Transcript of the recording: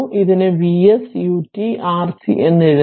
ഇതിനെ V s ut R C എന്ന് എഴുതാം